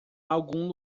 algum